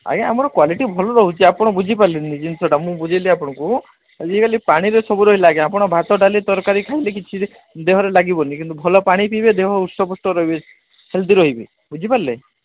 ଆଜ୍ଞା ଆମର କ୍ୱାଲିଟି ଭଲ ରହୁଛି ଆପଣ ବୁଝିପାରିଲେନି ଜିନଷଟା ମୁଁ ବୁଝେଇଲି ଆପଣଙ୍କୁ ଆଜିକାଲି ପାଣିରେ ସବୁ ରହିଲା ଆଜ୍ଞା ଆପଣ ଭାତ ଡାଲି ତରକାରୀ ଖାଇଲେ କିଛି ଦେହରେ ଲାଗିବନି କିନ୍ତୁ ଭଲ ପାଣି ପିଇବେ ଦେହ ହୃଷ୍ଟ ପୁଷ୍ଟ ରହିବେ ହେଲ୍ଦି ରହିବେ ବୁଝିପାରିଲେ